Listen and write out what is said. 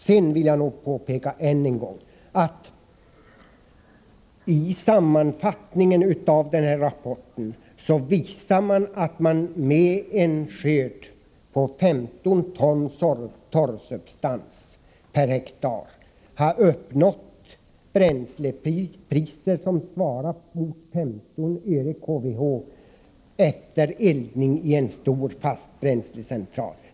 Sedan vill jag än en gång påpeka att man i sammanfattningen av den här rapporten visar att man med en skörd på 15 ton torrsubstans per hektar har uppnått bränslepriser som svarar mot 15 öre/kWh efter eldning i en stor fast bränslecentral.